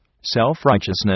self-righteousness